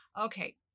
okay